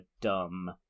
dumb